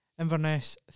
Inverness